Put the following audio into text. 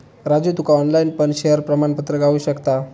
राजू तुका ऑनलाईन पण शेयर प्रमाणपत्र गावु शकता